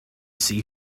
see